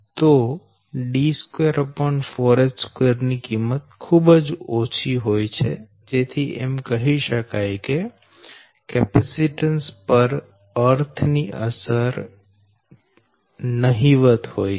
તોD24h2ની કિંમત ખુબ જ ઓછી હોય છે જેથી એમ કહી શકાય કે કેપેસીટન્સ પર અર્થ ની અસર નહિવત હોય છે